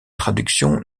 traductions